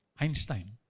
Einstein